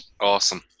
Awesome